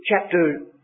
chapter